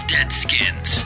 Deadskins